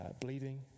bleeding